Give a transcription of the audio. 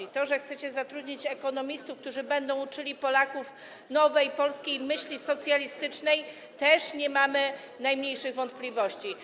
Co do tego, że chcecie zatrudnić ekonomistów, którzy będą uczyli Polaków nowej polskiej myśli socjalistycznej, też nie mamy najmniejszych wątpliwości.